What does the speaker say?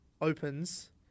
opens